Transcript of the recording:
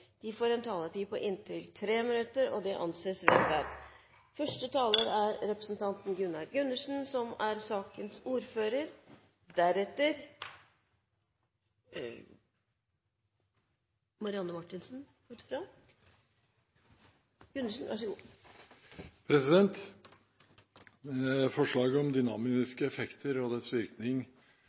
får en taletid på inntil 3 minutter. – Det anses vedtatt. Forslaget om dynamiske effekter og dets virkning er